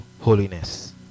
holiness